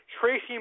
Tracy